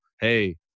hey